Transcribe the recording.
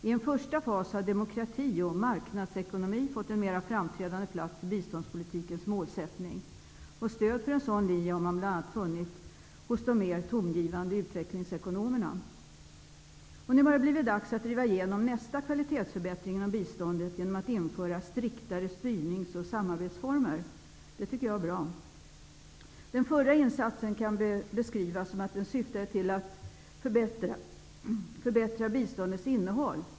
I en första fas har demokrati och marknadsekonomi fått en mera framträdande plats i biståndspolitikens målsättning. Stöd för en sådan linje har man bl.a. funnit hos de mer tongivande utvecklingsekonomerna. Nu är det dags att driva igenom nästa kvalitetsförbättring inom biståndet genom ett införande av striktare styrnings och samarbetsformer. Det tycker jag är bra. Den förra insatsen kan beskrivas så, att den syftade till att förbättra biståndets innehåll.